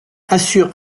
assure